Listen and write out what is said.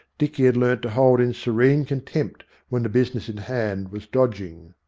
dicky had learnt to hold in serene contempt when the business in hand was dodging.